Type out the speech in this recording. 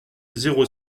zéro